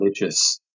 religious